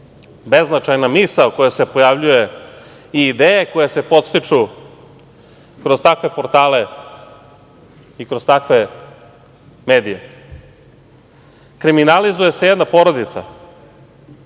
beznačajna misao koja se pojavljuje i ideje koje se podstiču kroz takve portale i kroz takve medije. Kriminalizuje se jedna porodica.